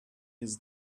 his